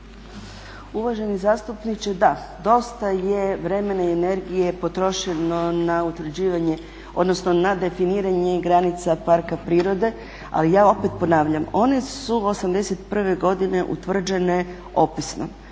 Uvaženi zastupniče, da dosta je vremena i energije potrošeno na utvrđivanje odnosno na definiranje granica parka prirode, ali ja opet ponavljam one su 81.godine utvrđene opisno.